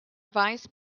vice